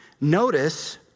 Notice